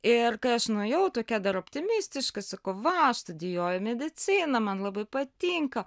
ir kai aš nuėjau tokia dar optimistiška kova aš studijuoju mediciną man labai patinka